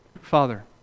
Father